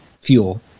fuel